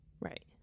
right